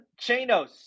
chanos